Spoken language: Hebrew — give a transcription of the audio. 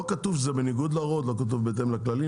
לא כתוב שזה בניגוד להורות אל כתוב בהתאם לכללים,